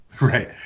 right